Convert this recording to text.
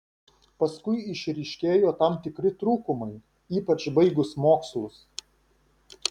paskui išryškėjo tam tikri trūkumai ypač baigus mokslus